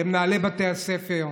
למנהלי בתי הספר,